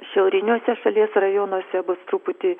šiauriniuose šalies rajonuose bus truputį